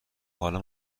حالا